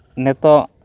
ᱱᱤᱛᱚᱜ